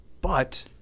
but-